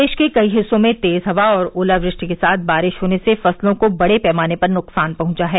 प्रदेश के कई हिस्सों में तेज हवा और ओलावृष्टि के साथ बारिश होने से फसलों को बड़े पैमाने पर नुकसान पहुंचा है